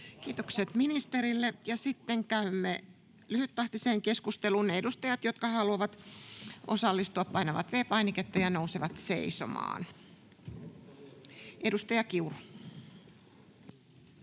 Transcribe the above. Kiitokset ministerille. — Ja sitten käymme lyhyttahtiseen keskusteluun. Ne edustajat, jotka haluavat osallistua, painavat V-painiketta ja nousevat seisomaan. — Edustaja Kiuru.